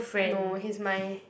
no he's my